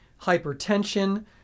hypertension